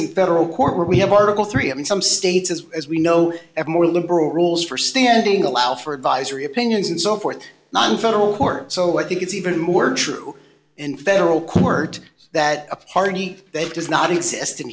in federal court where we have article three i mean some states as as we know ever more liberal rules for standing allow for advisory opinions and so forth one federal court so what i think it's even more true in federal court that a party that does not exist in